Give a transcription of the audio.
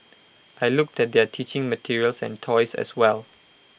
I looked at their teaching materials and toys as well